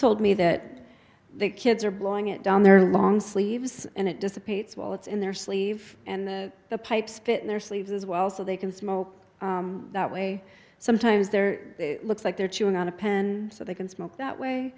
told me that the kids are blowing it down their long sleeves and it dissipates while it's in their sleeve and the the pipe spit in their sleeves as well so they can smoke that way sometimes their looks like they're chewing on a pen so they can smoke that way